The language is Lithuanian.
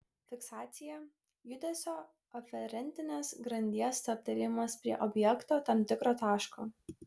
fiksacija judesio aferentinės grandies stabtelėjimas prie objekto tam tikro taško